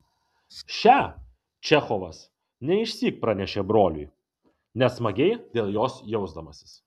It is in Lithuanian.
šią čechovas ne išsyk pranešė broliui nesmagiai dėl jos jausdamasis